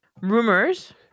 Rumors